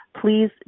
please